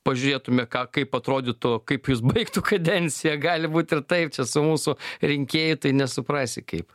pažiūrėtume ką kaip atrodytų kaip jis baigtų kadenciją gali būt ir taip čia su mūsų rinkėju tai nesuprasi kaip